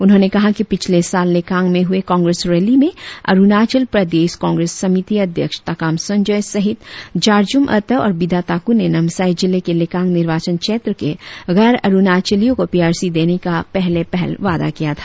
उन्होंने कहा कि पिछले साल लेकांग में हुए कांग्रेस रैली में अरुणाचल प्रदेश कांग्रेस समिति अध्यक्ष ताकाम संजोय सहित जारजूम एते और बिदा ताकू ने नामसाई जिले के लेकांग निर्वाचन क्षेत्र के गैर अरुणाचलियों को पीआरसी देने का पहले पहल वायदा किया था